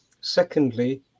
Secondly